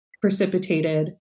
precipitated